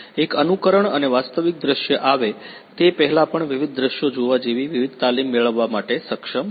એક અનુકરણ અને વાસ્તવિક દૃશ્ય આવે તે પહેલાં પણ વિવિધ દૃશ્યો જોવા જેવી વિવિધ તાલીમ મેળવવા માટે સક્ષમ છે